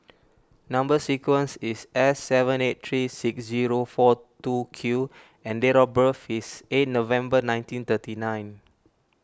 Number Sequence is S seven eight three six zero four two Q and date of birth is eight November nineteen thirty nine